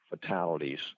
fatalities